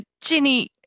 Ginny